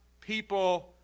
people